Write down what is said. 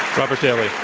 robert daly.